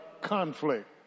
conflict